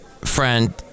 friend